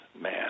man